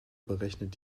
berechnet